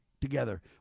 together